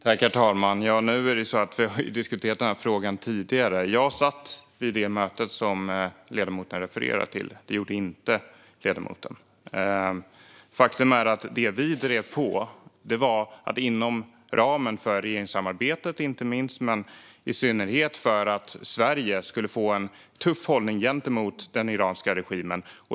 Herr talman! Nu är det ju så att vi har diskuterat den här frågan tidigare. Jag satt med vid det möte som ledamoten refererar till. Det gjorde inte ledamoten. Faktum är att det vi i synnerhet drev på för inom ramen för regeringssamarbetet var att Sverige skulle få en tuff hållning gentemot den iranska regimen.